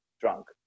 drunk